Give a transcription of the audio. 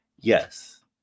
yes